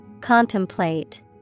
contemplate